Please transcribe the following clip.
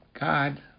God